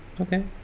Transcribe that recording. Okay